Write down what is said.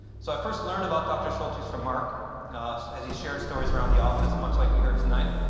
so i first learn about dr. schultes from mark as he shared stories around the office, much like we heard tonight.